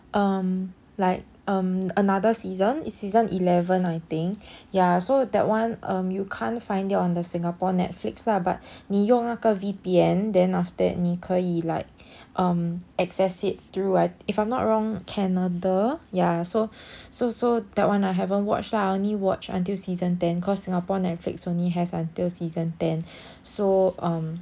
um like um another season season eleven I think ya so that one um you can't find it on the singapore netflix lah but 你用那个 V_P_N then after that 你可以 like um access it through if I'm not wrong canada ya so so so that one I haven't watch lah I only watch until season ten cause singapore netflix only has until season ten so um